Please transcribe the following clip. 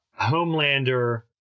Homelander